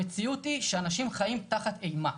המציאות היא שאנשים חיים תחת אימה.